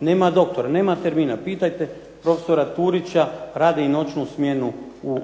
nema doktora, nema termina. Pitajte profesora Turića, radi i noćnu smjenu